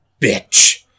bitch